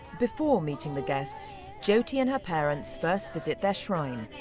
before meeting the guests jyoti and her parents first visit their shrine